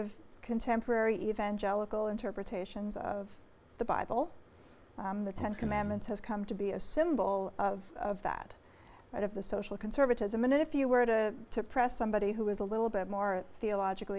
of contemporary evangelical interpretations of the bible the ten commandments has come to be a symbol of that of the social conservatism and if you were to press somebody who was a little bit more theological